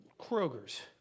Kroger's